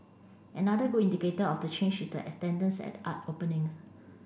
another good indicator of the change is the attendance at art openings